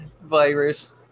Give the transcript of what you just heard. Virus